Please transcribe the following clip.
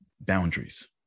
Boundaries